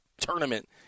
tournament